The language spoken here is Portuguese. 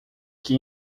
que